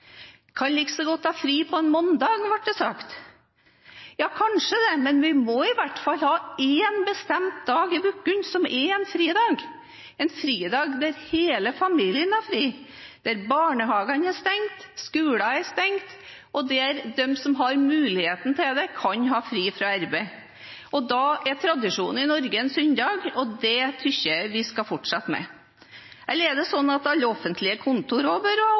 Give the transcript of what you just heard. godt ha fri på en mandag, ble det sagt. Ja, kanskje det, men vi må i hvert fall ha én bestemt dag i uken som er en fridag – en dag da hele familien har fri, da barnehagen er stengt, da skolen er stengt, og da de som har muligheten til det, kan ha fri fra arbeid. Og da er tradisjonen i Norge en søndag, og det synes jeg vi skal fortsette med. Eller er det sånn at alle offentlige kontor